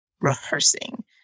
rehearsing